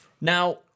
now